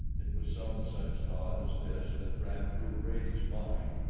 it was some such thought as this that ran through brady's mind,